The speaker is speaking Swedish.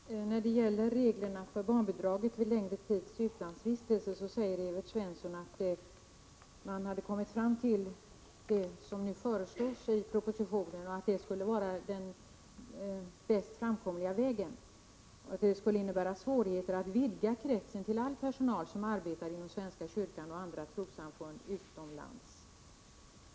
Fru talman! När det gäller reglerna för barnbidraget vid längre tids utlandsvistelse säger Evert Svensson att man kommit fram till att det som nu föreslås i propositionen skulle vara den mest framkomliga vägen och att det skulle innebära svårigheter att vidga kretsen till all personal som arbetar inom svenska kyrkan och andra trossamfund utomlands.